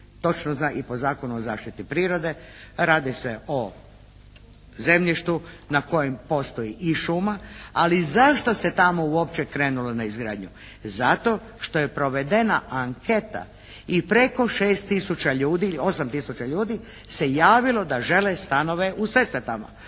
točno i po Zakonu o zaštiti prirode. Radi se o zemljištu na kojem postoji i šuma. Ali zašto se tamo uopće krenulo na izgradnju. Zato što je provedena anketa i preko 6 tisuća ljudi ili 8 tisuća ljudi se javilo da žele stanove u Sesvetama.